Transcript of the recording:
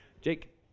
Jake